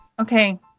okay